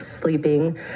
sleeping